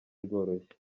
rworoshye